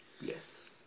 yes